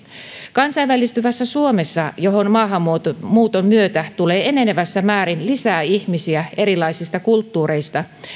kansainvälistyvässä suomessa johon maahanmuuton myötä tulee enenevässä määrin lisää ihmisiä erilaisista kulttuureista